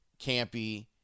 Campy